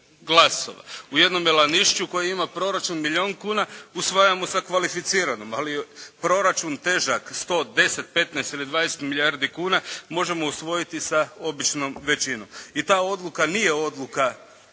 U jednom … koji ima proračun milijun kuna usvajamo sa kvalificiranom, ali proračun težak 110, 15 ili 20 milijardi kuna možemo usvojiti sa običnom većinom, I ta odluka nije odluka,